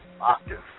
octave